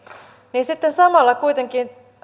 niin sitten samalla kuitenkin